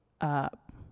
up